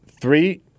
Three